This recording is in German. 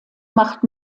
macht